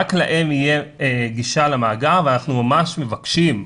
רק להם תהיה גישה למאגר ואנחנו ממש מבקשים,